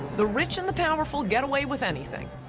the rich and the powerful get away with anything.